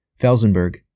Felsenberg